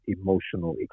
emotional